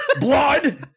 blood